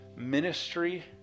ministry